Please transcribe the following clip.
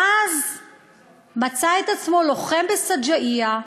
ואז מצא את עצמו לוחם בשג'אעיה,